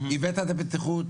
הבאת את הבטיחות,